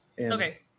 okay